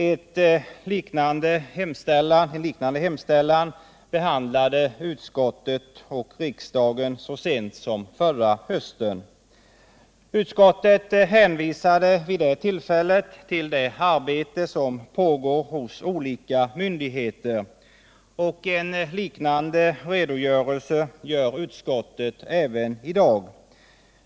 En liknande hemställan behandlades av utskottet och riksdagen så sent som förra hösten. Utskottet hänvisade vid det tillfället till det arbete som pågår hos olika myndigheter, och en liknande redogörelse lämnar utskottet även i dag.